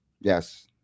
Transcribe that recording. Yes